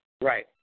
right